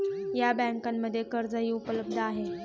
या बँकांमध्ये कर्जही उपलब्ध आहे